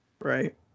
Right